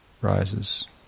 rises